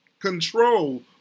control